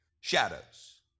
shadows